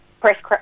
press